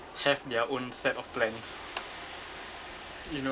have their own set of plans you know